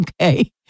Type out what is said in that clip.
okay